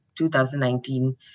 2019